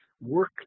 work